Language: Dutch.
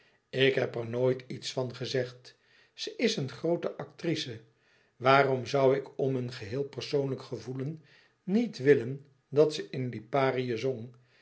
ik heb er nooit iets van gezegd ze is een groote actrice waarom zoû ik om een geheel persoonlijk gevoelen niet willen dat ze in liparië zong